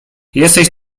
jesteś